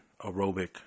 aerobic